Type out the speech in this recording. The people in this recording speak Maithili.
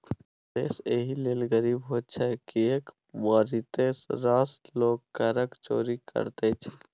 देश एहि लेल गरीब होइत छै किएक मारिते रास लोग करक चोरि करैत छै